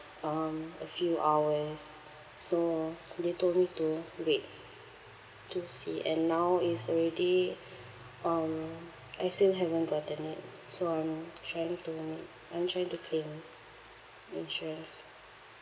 um a few hours so they told me to wait to see and now is already um I still haven't gotten it so I'm trying to make I'm trying to claim the insurance